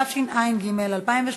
התשע"ג 2013,